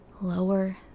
Lower